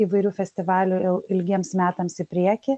įvairių festivalių il ilgiems metams į priekį